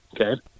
okay